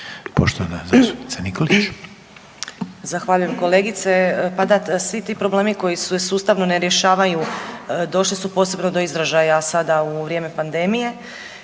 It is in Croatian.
Romana (SDP)** Zahvaljujem kolegice. Pa da, svi ti problemi koji se sustavno ne rješavaju došli su posebno do izražaja sada u vrijeme pandemije.